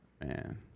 man